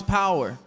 power